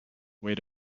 wait